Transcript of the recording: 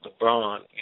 LeBron